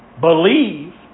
Believe